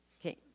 Okay